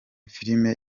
filime